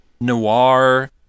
noir